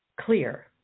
clear